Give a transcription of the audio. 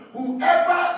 Whoever